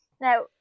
now